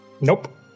Nope